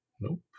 Nope